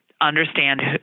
understand